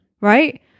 Right